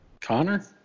Connor